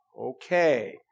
okay